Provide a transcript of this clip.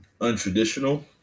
untraditional